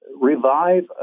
revive